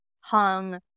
hung